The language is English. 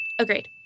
Agreed